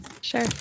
Sure